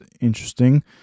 interesting